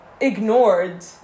ignored